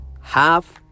half